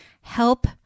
Help